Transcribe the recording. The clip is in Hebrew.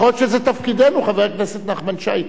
יכול להיות שזה תפקידנו, חבר הכנסת נחמן שי.